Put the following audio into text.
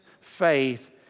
faith